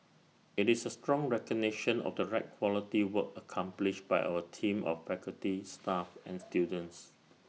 IT is A strong recognition of the red quality work accomplished by our team of faculty staff and students